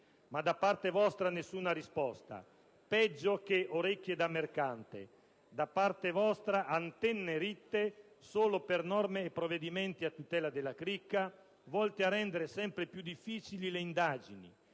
Ma da parte vostra nessuna risposta: peggio che orecchie da mercante! Da parte vostra, antenne ritte solo per norme e provvedimenti a tutela della cricca, volte a rendere sempre più difficili le indagini,